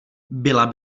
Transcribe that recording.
byla